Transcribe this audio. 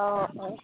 অঁ অঁ